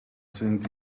sent